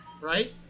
Right